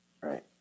Right